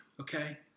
okay